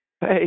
Hey